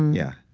yeah.